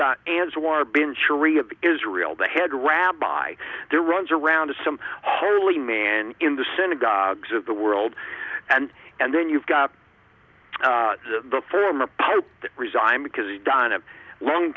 of israel the head rabbi there runs around to some holy man in the synagogues of the world and and then you've got the former pope to resign because he's done of lung